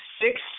six